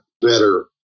better